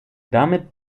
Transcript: damit